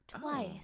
Twice